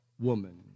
woman